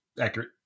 accurate